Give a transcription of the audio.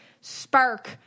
spark